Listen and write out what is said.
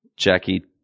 jackie